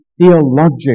theological